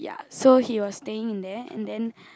so he was staying in there and then